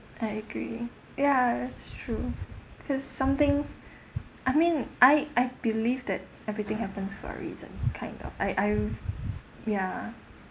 I agree ya that's true because some things I mean I I believe that everything happens for a reason kind of I I ya